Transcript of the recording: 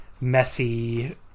messy